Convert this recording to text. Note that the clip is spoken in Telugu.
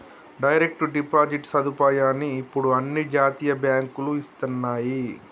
డైరెక్ట్ డిపాజిట్ సదుపాయాన్ని ఇప్పుడు అన్ని జాతీయ బ్యేంకులూ ఇస్తన్నయ్యి